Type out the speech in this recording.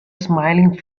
smiling